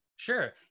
Sure